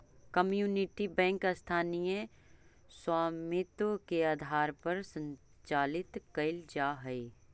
community bank स्थानीय स्वामित्व के आधार पर संचालित कैल जा हइ